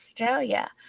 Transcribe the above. Australia